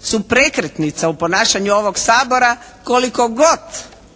su prekretnica u ponašanju ovog Sabora koliko god